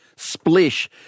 splish